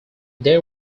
they